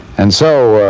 and so,